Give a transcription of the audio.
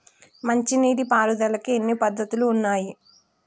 మంచి నీటి పారుదలకి ఎన్ని పద్దతులు ఉన్నాయి?